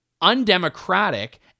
undemocratic